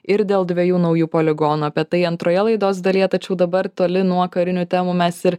ir dėl dviejų naujų poligonų apie tai antroje laidos dalyje tačiau dabar toli nuo karinių temų mes ir